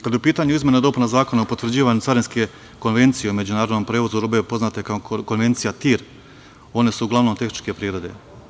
Kada je u pitanju izmena i dopuna Zakona o potvrđivanju carinske konvencije o međunarodnom prevozu robe, poznate kao Konvencija TIM, one su uglavnom tehničke prirode.